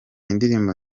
indirimbo